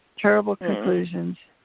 terrible conclusions,